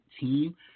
team